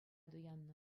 туяннӑ